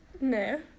No